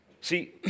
See